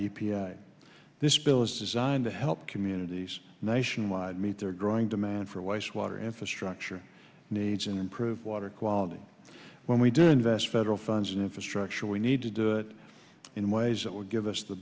a this bill is designed to help communities nationwide meet their growing demand for waste water infrastructure needs and improve water quality when we do invest federal funds in infrastructure we need to do it in ways that would give us the